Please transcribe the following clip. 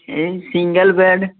ସେଇ single bed